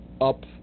up